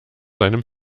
seinem